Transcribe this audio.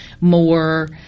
more